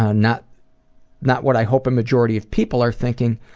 ah not not what i hope a majority of people are thinking,